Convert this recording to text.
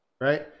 right